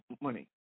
money